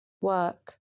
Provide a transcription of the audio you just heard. work